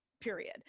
period